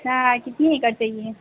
अच्छा कितने एकड़ चाहिए